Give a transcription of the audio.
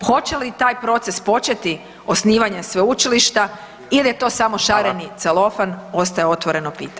Hoće li taj proces početi osnivanjem sveučilišta il je to samo šareni celofan, ostaje otvoreno pitanje?